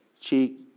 cheek